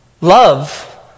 Love